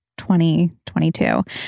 2022